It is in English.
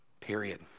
period